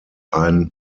ein